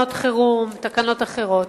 חירום ובתקנות אחרות.